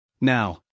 Now